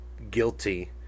guilty